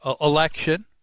election